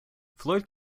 floyd